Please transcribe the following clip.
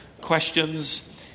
questions